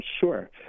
sure